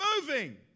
moving